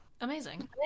Amazing